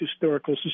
Historical